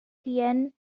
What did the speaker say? tien